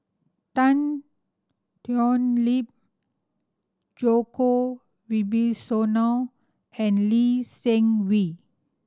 Tan Thoon Lip Djoko Wibisono and Lee Seng Wee